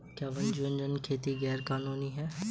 क्या वन्यजीव खेती गैर कानूनी है?